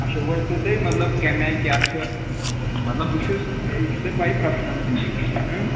اچھا ؤنۍ تو تُہۍ مطلب کَمہِ آے کیٛاہ چھُ مطلب بہٕ چھُس ہے یہِ چھُ پَیی پرٛوفیشنَل سِنٛگِنٛگ چھ یہِ ہا